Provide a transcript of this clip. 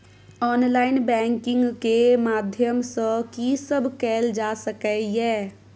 Online banking के माध्यम सं की सब कैल जा सके ये?